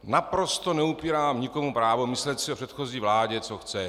Naprosto neupírám nikomu právo myslet si o předchozí vládě, co chce.